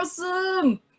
awesome